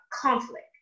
conflict